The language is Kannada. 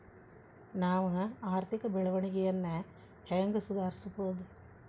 ನಾವು ಆರ್ಥಿಕ ಬೆಳವಣಿಗೆಯನ್ನ ಹೆಂಗ್ ಸುಧಾರಿಸ್ಬಹುದ್?